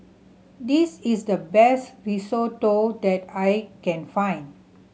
this is the best Risotto that I can find